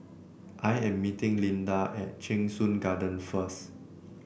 I am meeting Lynda at Cheng Soon Garden first